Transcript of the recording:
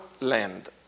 land